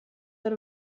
der